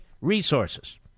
resources